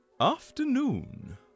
Afternoon